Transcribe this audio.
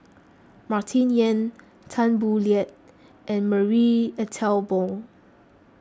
Martin Yan Tan Boo Liat and Marie Ethel Bong